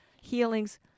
healings